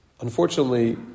Unfortunately